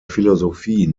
philosophie